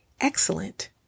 excellent